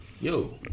Yo